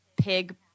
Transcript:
pig